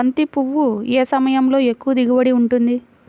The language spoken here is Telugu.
బంతి పువ్వు ఏ సమయంలో ఎక్కువ దిగుబడి ఉంటుంది?